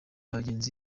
bagenzi